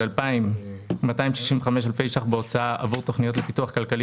של 2,265 אלפי שקלים בהוצאה עבור תכניות לפיתוח כלכלי